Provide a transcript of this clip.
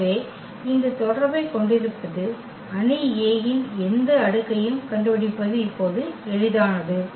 எனவே இந்த தொடர்பைக் கொண்டிருப்பது அணி Aன் எந்த அடுக்கையும் கண்டுபிடிப்பது இப்போது எளிதானது